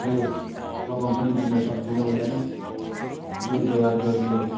म यो रकम पनि दिन सक्दिनँ उसलाई दुर्व्यवहार गर्ने